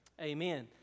Amen